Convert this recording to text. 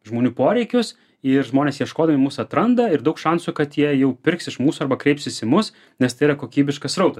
žmonių poreikius ir žmonės ieškodami mus atranda ir daug šansų kad jie jau pirks iš mūsų arba kreipsis į mus nes tai yra kokybiškas srautas